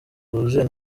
wuzuye